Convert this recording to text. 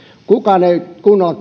kukaan ei kunnolla